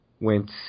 went